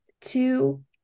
Two